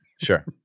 Sure